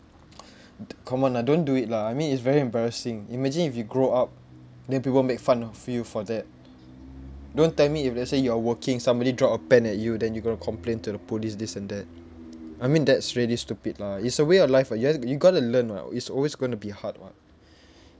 come on lah don't do it lah I mean it's very embarrassing imagine if you grow up then people make fun of you for that don't tell me if let's say you are working somebody drop a pen at you then you going to complain to the police this and that I mean that's really stupid lah it's a way of life ah yo~ you gotta learn [what] it's always going to be hard [what]